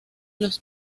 los